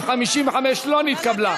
לסעיף 55 לא נתקבלה.